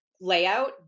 layout